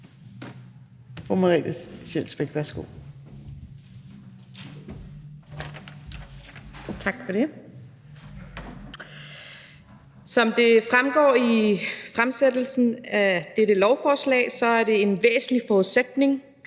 Som det fremgår i fremsættelsen af dette lovforslag, er det en væsentlig forudsætning